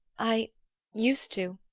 i used to.